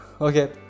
okay